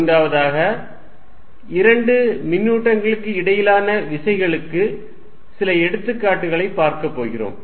மூன்றாவதாக இரண்டு மின்னூட்டங்களுக்கு இடையிலான விசைகளுக்கு சில எடுத்துக்காட்டுகளைப் பார்க்க போகிறோம்